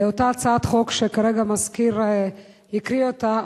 לאותה הצעת חוק שכרגע המזכיר הקריא אותה,